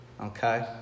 Okay